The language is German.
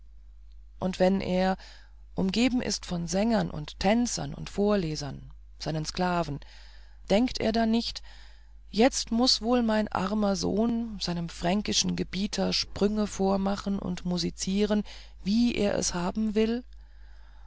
und wenn er umgeben ist von sängern und tänzern und vorlesern seinen sklaven denkt er da nicht jetzt muß wohl mein armer sohn seinem fränkischen gebieter sprünge vormachen und musizieren wie er es haben will